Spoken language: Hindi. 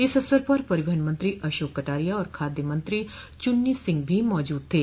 इस अवसर पर परिवहन मंत्री अशोक कटारिया और खाद्य मंत्री चुन्नी सिंह भी मौजूद थे